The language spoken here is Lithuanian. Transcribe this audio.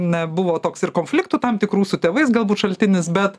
nebuvo toks ir konfliktų tam tikrų su tėvais galbūt šaltinis bet